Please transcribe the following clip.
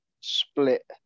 split